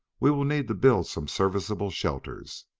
we will need to build some serviceable shelters.